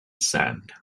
sand